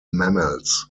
mammals